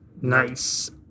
Nice